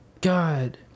God